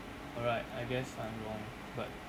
alright I guess I'm wrong but